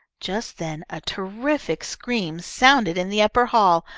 just then a terrific scream sounded in the upper hall,